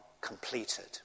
completed